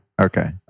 okay